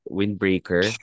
windbreaker